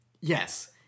yes